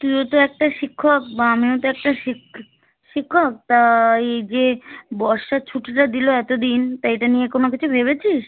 তুইও তো একটা শিক্ষক বা আমিও তো একটা শিখ শিক্ষক তা এই যে বর্ষার ছুটিটা দিল এত দিন তা এটা নিয়ে কোনো কিছু ভেবেছিস